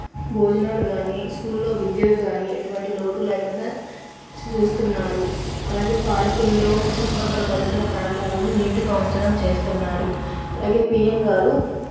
భోజనాలు కానీ స్కూళ్ళో విద్య కానీ ఎటువంటి లోటూ లేకుండా చూస్తున్నారు అలాగే పార్కుల్లో చుట్టుపక్కల పరిసర ప్రాంతాలను నీట్గా ఉంచడం చేస్తున్నారు అలాగే పీఎమ్గారు